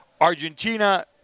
Argentina